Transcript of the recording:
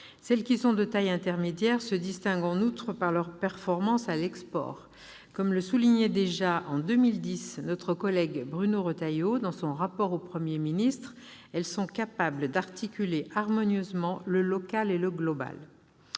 entreprises de taille intermédiaire se distinguent en outre par leurs performances à l'export. Comme le soulignait déjà en 2010 notre collègue Bruno Retailleau, dans son rapport au Premier ministre, elles sont capables d'articuler harmonieusement le local et le global.